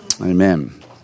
Amen